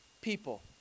people